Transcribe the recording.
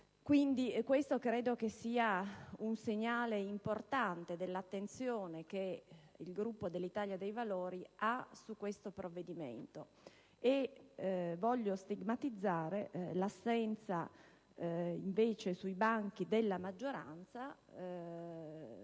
Questo credo che sia un segnale importante dell'attenzione del Gruppo dell'Italia dei Valori su questo provvedimento. Voglio stigmatizzare, invece, l'assenza sui banchi della maggioranza,